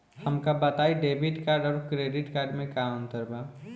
हमका बताई debit card और क्रेडिट कार्ड में का अंतर बा?